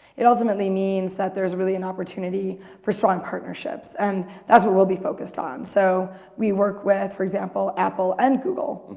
it ultimately means that there's really an opportunity for strong partnerships and that's what we'll be focused on so we work with, for example, apple and google.